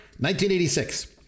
1986